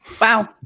Wow